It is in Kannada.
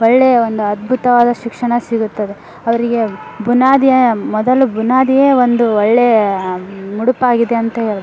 ಒಳ್ಳೆಯ ಒಂದು ಅದ್ಭುತವಾದ ಶಿಕ್ಷಣ ಸಿಗುತ್ತದೆ ಅವರಿಗೆ ಬುನಾದಿಯ ಮೊದಲು ಬುನಾದಿಯೇ ಒಂದು ಒಳ್ಳೆಯ ಮುಡುಪಾಗಿದೆ ಅಂತ ಹೇಳ್ಬೋದು